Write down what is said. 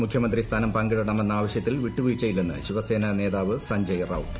മുഖ്യമന്ത്രി സ്ഥാനം പങ്കിടണമെന്ന ആവശ്യത്തിൽ വിട്ടുവീഴ്ചയില്ലെന്ന് ശിവസേന നേതാവ് സഞ്ജയ് റൌട്ട്